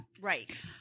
right